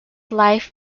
life